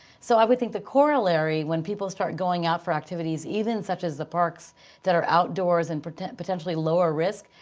so i would think the corollary, when people start going out for activities even such as the parks that are outdoors and potentially lower risk,